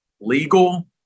legal